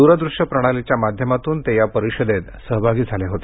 द्रदृश्य प्रणालीच्या माध्यमातून ते या परिषदेत सहभागी झाले होते